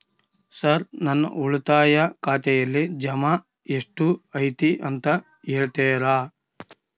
Sir ನನ್ನ ಉಳಿತಾಯ ಖಾತೆಯಲ್ಲಿ ಜಮಾ ಎಷ್ಟು ಐತಿ ಅಂತ ಹೇಳ್ತೇರಾ?